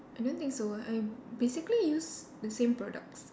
I don't think so I basically use the same products